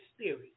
Spirit